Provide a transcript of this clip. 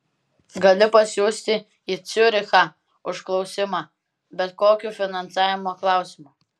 gali pasiųsti į ciurichą užklausimą bet kokiu finansavimo klausimu